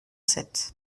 sept